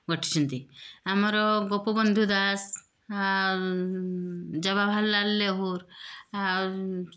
ଗଢ଼ିଛନ୍ତି ଆମର ଗୋପବନ୍ଧୁ ଦାସ ଆଉ ଜବାହାରଲାଲ ନେହେରୁ ଆଉ